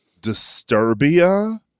Disturbia